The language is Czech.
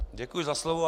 Děkuji za slovo.